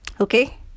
Okay